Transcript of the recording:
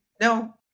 No